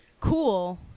cool